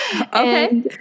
Okay